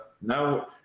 now